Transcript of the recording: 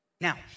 Now